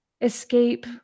escape